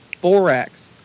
Borax